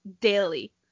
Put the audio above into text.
daily